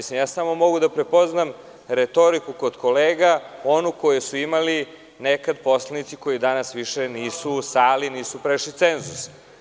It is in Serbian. Samo mogu da prepoznam retoriku kod kolega, onu koju su imali nekada poslanici koji danas više nisu u sali i nisu prešli cenzus.